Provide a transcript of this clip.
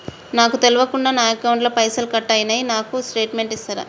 నాకు తెల్వకుండా నా అకౌంట్ ల పైసల్ కట్ అయినై నాకు స్టేటుమెంట్ ఇస్తరా?